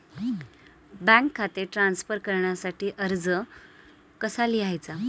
Bank खाते transfer करण्यासाठी अर्ज कसा लिहायचा?